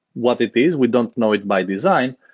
what it is? we don't know it by design,